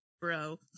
bro